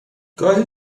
گاهی